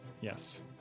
Yes